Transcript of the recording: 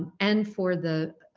and for the